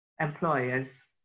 employers